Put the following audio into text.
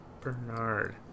Bernard